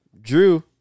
drew